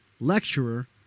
lecturer